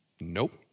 Nope